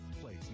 place